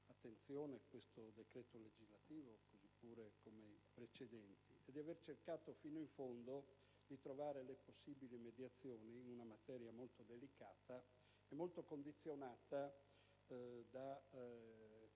attenzione questo decreto legislativo, come i precedenti, e di aver cercato fino in fondo di trovare le possibili mediazioni in una materia molto delicata e molto condizionata da